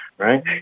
Right